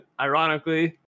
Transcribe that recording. ironically